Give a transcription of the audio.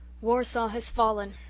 warsaw has fallen,